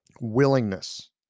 Willingness